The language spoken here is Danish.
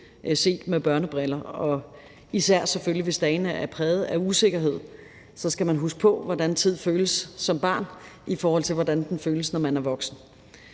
selvfølgelig især hvis dagene er præget af usikkerhed. Man skal huske på, hvordan tid føles som barn, i forhold til hvordan den føles, når man er voksen.